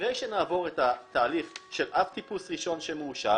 אחרי שנעבור את התהליך של אב-טיפוס ראשון שמאושר